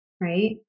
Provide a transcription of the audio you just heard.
Right